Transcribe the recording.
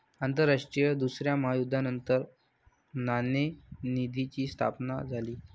आंतरराष्ट्रीय दुसऱ्या महायुद्धानंतर नाणेनिधीची स्थापना झाली